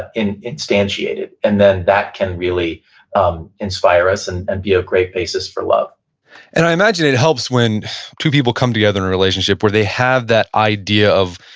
instantiated. and then that can really um inspire us, and and be a great basis for love and i imagine it helps when two people come together in a relationship, where they have that idea of,